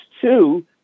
two